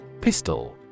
Pistol